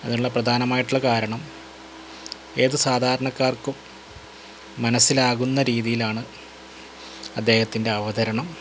അതിനുള്ള പ്രധാനമായിട്ടുള്ള കാരണം ഏത് സാധാരണക്കാര്ക്കും മനസ്സിലാകുന്ന രീതിയിലാണ് അദ്ദേഹത്തിന്റെ അവതരണം